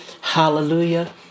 Hallelujah